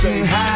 High